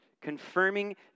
confirming